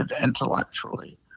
intellectually